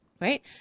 Right